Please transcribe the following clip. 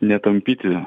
ne tampyti